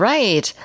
Right